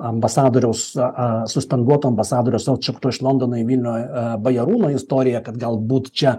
ambasadoriaus su stanguotu ambasadorius atšauktu iš londono į vilnių bajarūno istorija kad galbūt čia